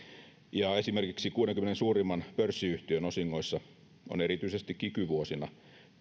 ja esimerkiksi kuudenkymmenen suurimman pörssiyhtiön osingoissa on erityisesti kiky vuosina